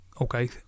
okay